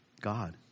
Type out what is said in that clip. God